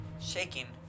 shaking